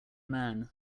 man